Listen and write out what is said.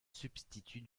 substitut